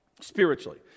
spiritually